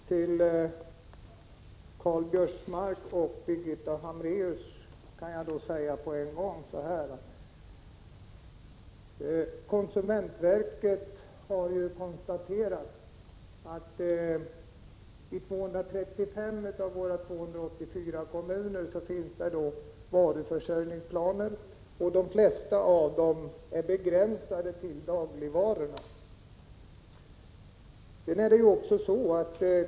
Till Karl-Göran Biörsmark och Birgitta Hambraeus kan jag säga att konsumentverket har konstaterat att det i 235 av våra 284 kommuner finns varuförsörjningsplaner och att de flesta av dessa är begränsade till dagligvaror.